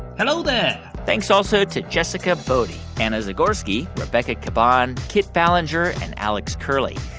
hello there thanks also to jessica boddy, anna zagorski, rebecca caban, kit ballenger and alex curley.